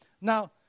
Now